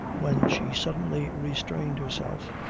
when she suddenly restrained herself,